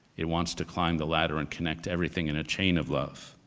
it wants to climb the ladder and connect everything in a chain of love.